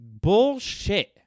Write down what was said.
Bullshit